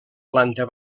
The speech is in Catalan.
planta